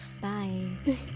Bye